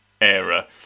era